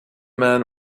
men